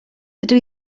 dydw